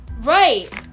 Right